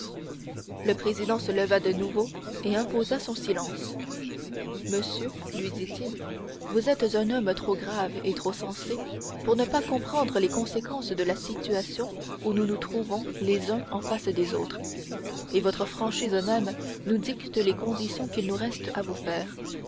le président se leva de nouveau et imposa silence monsieur lui dit-il vous êtes un homme trop grave et trop sensé pour ne pas comprendre les conséquences de la situation où nous nous trouvons les uns en face des autres et votre franchise même nous dicte les conditions qu'il nous reste à vous faire